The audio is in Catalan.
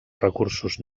recursos